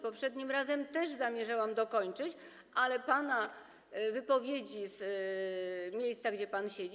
Poprzednim razem też zamierzałam dokończyć, ale pana wypowiedzi z miejsca, gdzie pan siedzi.